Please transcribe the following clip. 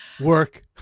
work